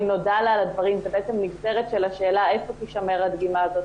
אם נודע לה על הדברים וזאת נגזרת של השאלה איפה תישמר הדגימה הזאת,